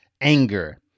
Anger